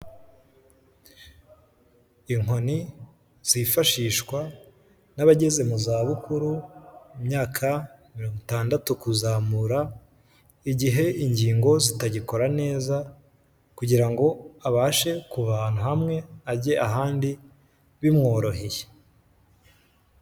Inkoni zifashishwa n'abageze mu zabukuru, imyaka mirongo itandatu kuzamura, igihe ingingo zitagikora neza, kugira ngo abashe kuva ahantu hamwe ajye ahandi, bimworoheye.